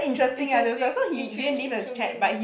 interesting intri~ intriguing